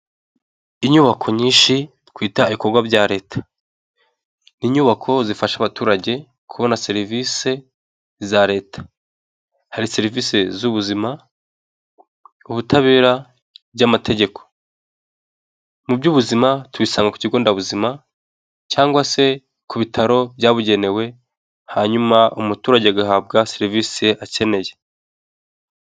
Inyubako nyinshi twitaye ibikorwa bya leta, ni inyubako zifasha abaturage kubona serivisi za leta hari serivisi z'ubuzima, ubutabera by'amategeko, mu by'ubuzima tubisanga ku kigo nderabuzima cyangwa se ku bitaro byabugenewe hanyuma umuturage agahabwa serivisi akeneye.